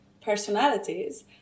personalities